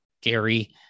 gary